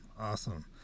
Awesome